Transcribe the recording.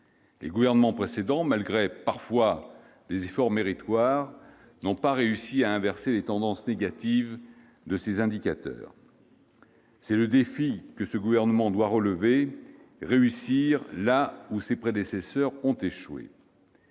Les gouvernements précédents, malgré des efforts parfois méritoires, n'ont pas réussi à inverser les tendances négatives de ces indicateurs. C'est le défi que le Gouvernement doit relever : réussir là où ses prédécesseurs ont échoué.